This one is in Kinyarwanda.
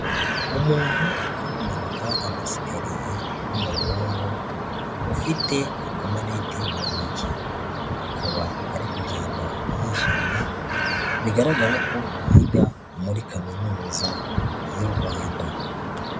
Umuntu uri kumanuka amasikari w'umuhungu ufite abamarete mu ntoki, akaba ari kugenda yishimye bigaragara ko yiga muri Kaminuza y'u Rwanda.